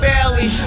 Barely